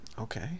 Okay